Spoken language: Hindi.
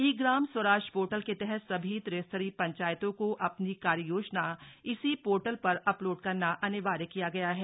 ई ग्राम स्वराज पोर्टल के तहत सभी त्रिस्तरीय पंचायतों को अपनी कार्य योजना इसी पोर्टल पर अपलोड करना अनिवार्य किया गया है